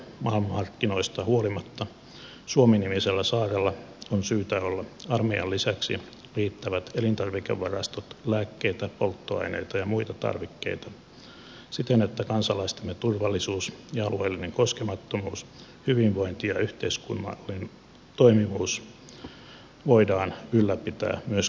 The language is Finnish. globaaleista maailmanmarkkinoista huolimatta suomi nimisellä saarella on syytä olla armeijan lisäksi riittävät elintarvikevarastot lääkkeitä polttoainetta ja muita tarvikkeita siten että kansalaistemme turvallisuus ja alueellinen koskemattomuus hyvinvointi ja yhteiskunnallinen toimivuus voidaan ylläpitää myös kriisiaikoina